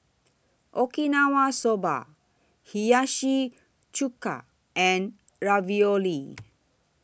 Okinawa Soba Hiyashi Chuka and Ravioli